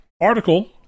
article